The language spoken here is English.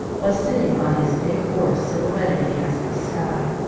was sitting on his big horse silhouetted against the sky.